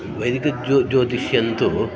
वैदिकं ज्यो ज्योतिषं तु